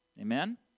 Amen